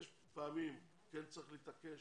יש פעמים שכן צריך להתעקש,